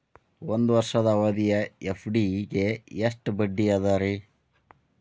ಒಂದ್ ವರ್ಷದ ಅವಧಿಯ ಎಫ್.ಡಿ ಗೆ ಬಡ್ಡಿ ಎಷ್ಟ ಅದ ರೇ?